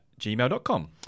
gmail.com